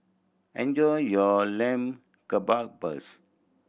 enjoy your Lamb Kebabs